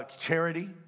charity